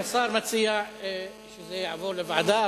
השר מציע שזה יעבור לוועדה,